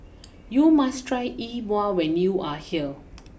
you must try E Bua when you are here